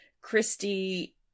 Christy